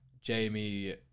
Jamie